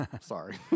sorry